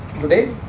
Today